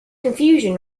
confusion